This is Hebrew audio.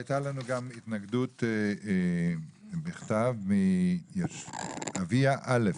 הייתה לנו גם התנגדות בכתב מאביה אלף.